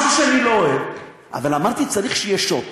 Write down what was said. משהו שאני לא אוהב, אבל אמרתי: צריך שיהיה שוט.